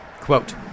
quote